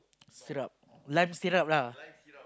syrup lime syrup lah